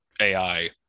AI